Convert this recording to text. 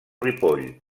ripoll